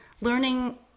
learning